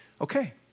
okay